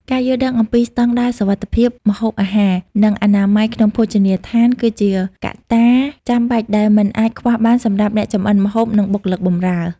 ការយល់ដឹងអំពីស្តង់ដារសុវត្ថិភាពម្ហូបអាហារ និងអនាម័យក្នុងភោជនីយដ្ឋាន គឺជាកត្តាចាំបាច់ដែលមិនអាចខ្វះបានសម្រាប់អ្នកចម្អិនម្ហូប និងបុគ្គលិកបម្រើ។